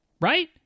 right